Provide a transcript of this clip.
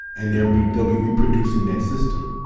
and they'll be they'll be reproducing that system.